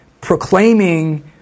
proclaiming